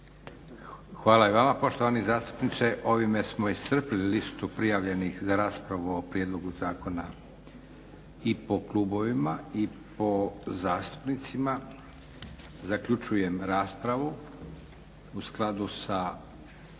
Hvala i vama poštovani zastupniče. Ovime smo iscrpili listu prijavljenih za raspravu o prijedlogu zakona i po klubovima i po zastupnicima. Zaključujem raspravu. Glasovat